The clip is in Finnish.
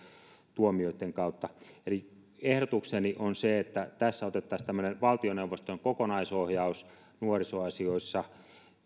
tuomioitten kautta eli ehdotukseni on se että otettaisiin tämmöinen valtioneuvoston kokonaisohjaus nuorisoasioissa